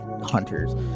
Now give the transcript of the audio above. Hunters